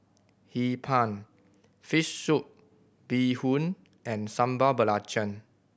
Hee Pan fish soup bee hoon and Sambal Belacan